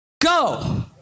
go